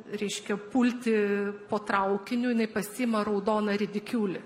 reiškia pulti po traukiniu jinai pasiima raudoną ridikiulį